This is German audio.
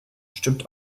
stimmt